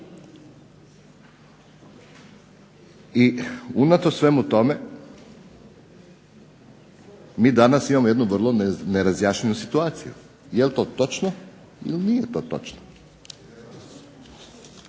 i unatoč svemu tome mi danas imamo jednu vrlo nerazjašnjenu situaciju, je li to točno ili nije to točno.